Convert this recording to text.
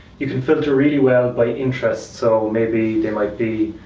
you can filter really well by interest. so maybe, they might be,